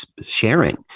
sharing